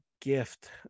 gift